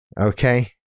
Okay